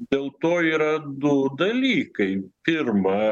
dėl to yra du dalykai pirma